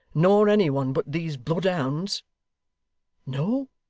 nor any one but these bloodhounds no!